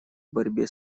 борьбе